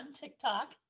TikTok